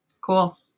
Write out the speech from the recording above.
Cool